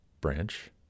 branch